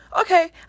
Okay